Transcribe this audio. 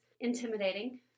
intimidating